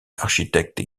architecte